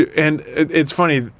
and it's funny,